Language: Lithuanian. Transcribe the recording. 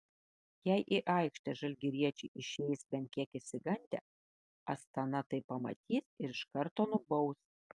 jei į aikštę žalgiriečiai išeis bent kiek išsigandę astana tai pamatys ir iš karto nubaus